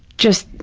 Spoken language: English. just,